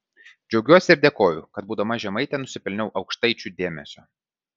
džiaugiuosi ir dėkoju kad būdama žemaitė nusipelniau aukštaičių dėmesio